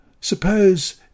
Suppose